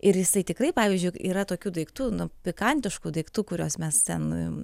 ir jisai tikrai pavyzdžiui yra tokių daiktų nu pikantiškų daiktų kuriuos mes ten